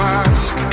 ask